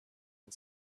and